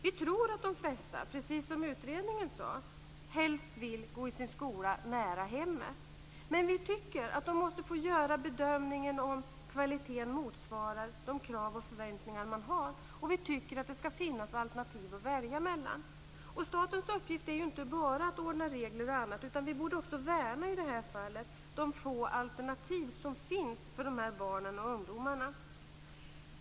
Vi tror att de flesta, precis som utredningen säger, helst vill gå i sin skola nära hemmet. Men vi tycker att de måste få göra bedömningen om kvaliteten motsvarar de krav och förväntningar som finns. Vi tycker också att det ska finnas alternativ att välja mellan. Statens uppgift är ju inte bara att ordna med exempelvis regler, utan i det här fallet borde vi också värna de få alternativ som finns för de här barnen och ungdomarna.